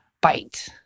bite